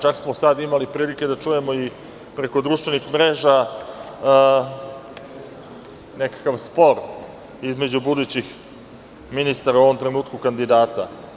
Čak smo sad imali prilike da čujemo i preko društvenih mreža nekakav spor između budućih ministara, u ovom trenutku, kandidata.